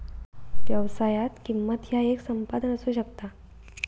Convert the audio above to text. व्यवसायात, किंमत ह्या येक संपादन असू शकता